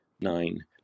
nine